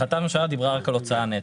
החלטת הממשלה דיברה ערק על הוצאה נטו,